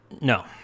No